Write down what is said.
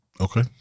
Okay